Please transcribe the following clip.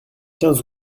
quinze